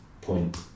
point